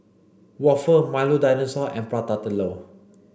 Waffle Milo dinosaur and Prata Telur